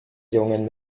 jungen